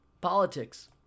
politics